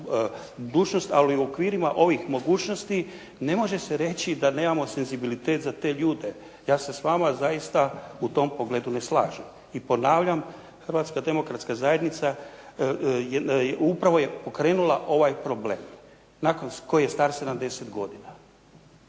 ali u okvirima ovih mogućnosti ne može se reći da nemamo senzibilitet za te ljude. Ja se s vama zaista u tom pogledu ne slažem. I ponavljam, Hrvatska demokratska zajednica upravo je pokrenula ovaj problem koji je star 70 godina.